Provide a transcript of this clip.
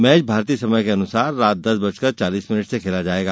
match भारतीय समयानुसार रात दस बजकर चालीस मिनट से खेला जाएगा